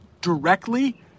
Directly